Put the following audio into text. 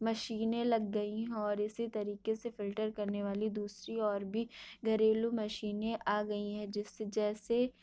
مشینیں لگ گئی ہیں اور اسی طریقے سے فلٹر کرنے والی دوسری اور بھی گھریلو مشینیں آ گئی ہیں جس سے جیسے